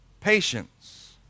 patience